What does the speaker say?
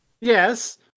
yes